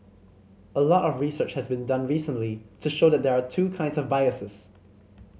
a lot of research has been done recently to show that there are two kinds of biases